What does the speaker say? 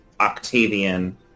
Octavian